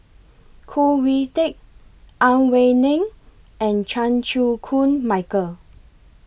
Khoo Oon Teik Ang Wei Neng and Chan Chew Koon Michael